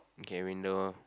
okay window